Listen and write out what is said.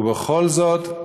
ובכל זאת,